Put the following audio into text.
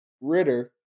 ritter